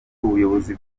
ubuyobozi